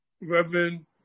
Reverend